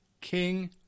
King